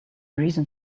reason